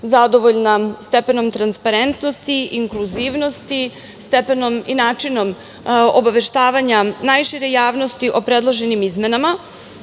zadovoljna stepenom transparentnosti i inkluzivnosti, stepenom i načinom obaveštavanja najšire javnosti o predloženim izmenama,